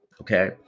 okay